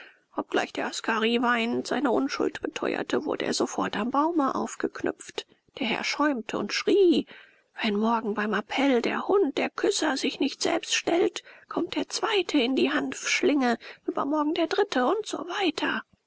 obgleich der askari weinend seine unschuld beteuerte wurde er sofort am baume aufgeknüpft der herr schäumte und schrie wenn morgen beim appell der hund der küsser sich nicht selbst stellt kommt der zweite in die hanfschlinge übermorgen der dritte und so weiter